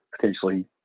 potentially